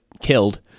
killed